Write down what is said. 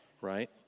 Right